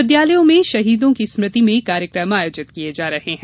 विद्यालयों में शहीदों की स्मृति में कार्यक्रम आयोजित किये जा रहे हैं